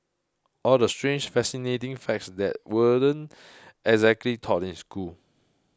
all the strange fascinating facts that weren't exactly taught in school